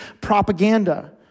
propaganda